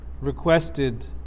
requested